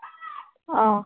ꯑꯥ